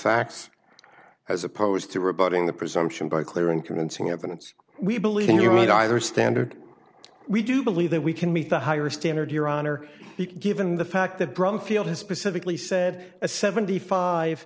facts as opposed to rebutting the presumption by clear and convincing evidence we believe in you either standard we do believe that we can meet the higher standard your honor given the fact that bromfield has specifically said a seventy five